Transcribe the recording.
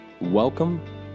Welcome